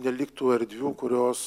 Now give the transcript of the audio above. neliktų erdvių kurios